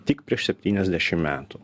tik prieš septyniasdešim metų